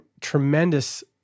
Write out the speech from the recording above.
tremendous